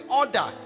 order